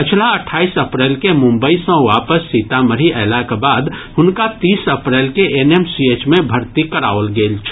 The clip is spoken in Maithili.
पछिला अठाईस अप्रैल के मुम्बई सँ वापस सीतामढ़ी अयलाक बाद हुनका तीस अप्रैल के एनएमसीएच मे भर्ती कराओल गेल छल